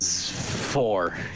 four